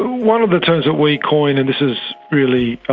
one of the terms that we coin, and this is really